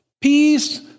Peace